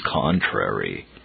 contrary